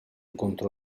contro